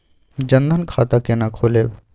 जनधन खाता केना खोलेबे?